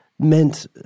meant